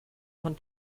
von